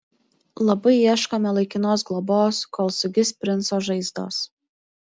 labai ieškome laikinos globos kol sugis princo žaizdos